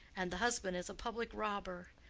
and the husband is a public robber.